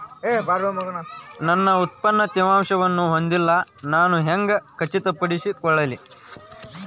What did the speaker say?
ನನ್ನ ಉತ್ಪನ್ನ ತೇವಾಂಶವನ್ನು ಹೊಂದಿಲ್ಲಾ ನಾನು ಹೆಂಗ್ ಖಚಿತಪಡಿಸಿಕೊಳ್ಳಲಿ?